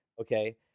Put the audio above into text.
okay